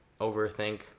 overthink